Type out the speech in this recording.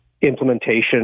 implementation